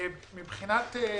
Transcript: פה